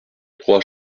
trois